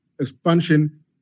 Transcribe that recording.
expansion